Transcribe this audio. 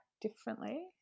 differently